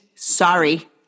Sorry